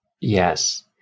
Yes